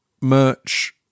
merch